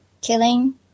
killing